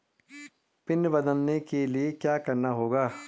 Pin बदलने के लिए क्या करना होगा?